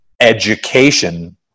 education